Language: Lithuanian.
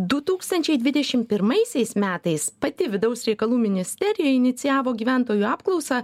du tūkstančiai dvidešim pirmaisiais metais pati vidaus reikalų ministerija inicijavo gyventojų apklausą